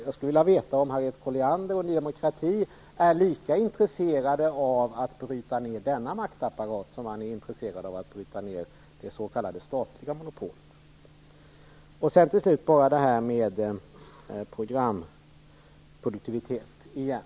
Jag skulle vilja veta om Harriet Colliander och Ny Demokrati är lika intresserade av att bryta ned denna maktapparat som man är intresserad av att bryta ned det s.k. statliga monopolet. Till slut till det här med programproduktivitet igen.